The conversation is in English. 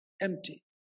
empty